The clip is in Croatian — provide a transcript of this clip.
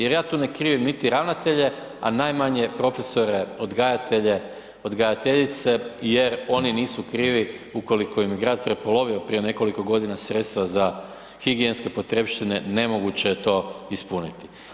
Jer ja tu ne krivim niti ravnatelje, a najmanje profesore, odgajatelje, odgajateljice jer oni nisu krivi ukoliko im je grad prepolovio prije nekoliko godina sredstva za higijenske potrepštine, nemoguće je to ispuniti.